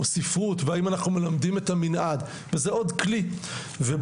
או ספרות והאם אנחנו מלמדים את המנעד וזה עוד כלי ובוא